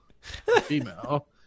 female